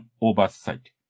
oversight